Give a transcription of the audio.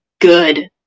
Good